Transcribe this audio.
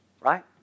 Right